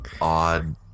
odd